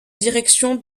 direction